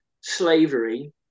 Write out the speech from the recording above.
slavery